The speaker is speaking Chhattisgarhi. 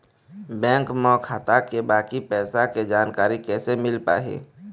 बैंक म खाता के बाकी पैसा के जानकारी कैसे मिल पाही?